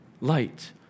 light